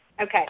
Okay